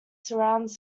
surrounds